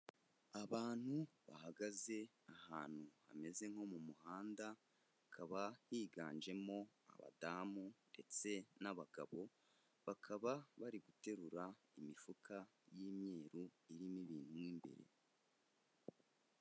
Abantu bahagaze ahantu hameze nko mu muhanda, hakaba higanjemo abadamu ndetse n'abagabo, bakaba bari guterura imifuka y'imyiru, irimo ibintu mo imbere.